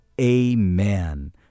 amen